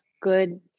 good